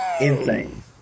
Insane